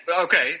Okay